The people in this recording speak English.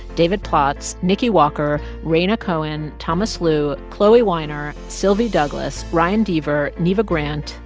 david plotz, niki walker, rhaina cohen, thomas lu, chloee weiner, sylvie douglis, ryan deaver, neva grant,